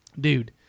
dude